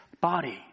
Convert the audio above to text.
body